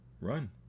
Run